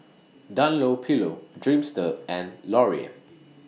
Dunlopillo Dreamster and Laurier